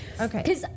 okay